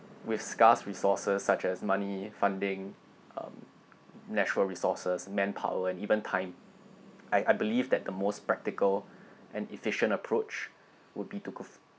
with scarce resources such as money funding um natural resources manpower and even time I I believe that the most practical and efficient approach would be to cof~